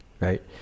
Right